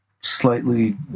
slightly